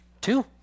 Two